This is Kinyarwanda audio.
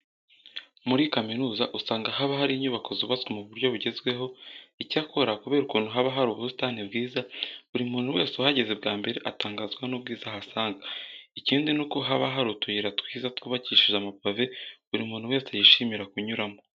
Muri kaminuza usanga haba hari inyubako zubatswe mu buryo bugezweho. Icyakora, kubera ukuntu haba hari ubusitani bwiza, buri muntu wese uhageze bwa mbere atangazwa n'ubwiza ahasanga. Ikindi nuko haba hari utuyira twiza twubakishije amapave buri muntu wese yishimira kunyuramo.